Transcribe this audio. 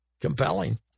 compelling